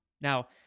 Now